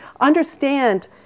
understand